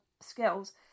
skills